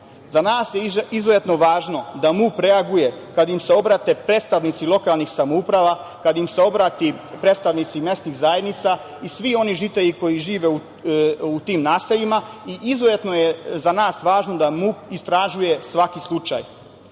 nas je izuzetno važno da MUP reaguje kad im se obrate predstavnici lokalnih samouprava, kad im se obrate predstavnici mesnih zajednica i svi oni žitelji koji žive u tim naseljima i izuzetno je za nas važno da MUP istražuje svaki slučaj. Ja